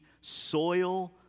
soil